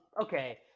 okay